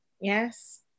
Yes